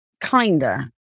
kinder